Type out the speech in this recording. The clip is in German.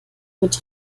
mit